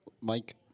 Mike